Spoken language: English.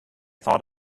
thought